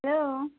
hello